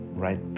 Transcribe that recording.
right